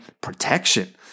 protection